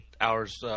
hours –